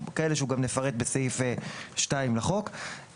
כאלה שנפרט בסעיף 2 לחוק,